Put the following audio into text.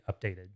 updated